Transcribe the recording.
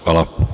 Hvala.